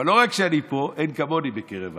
אבל לא רק שאני פה, "אין כמני בקרב הארץ",